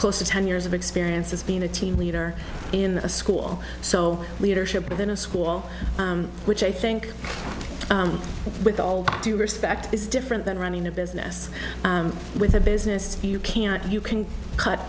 close to ten years of experience as being a team leader in the school so leadership within a school which i think with all due respect is different than running a business with a business few can't you can cut